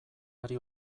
ari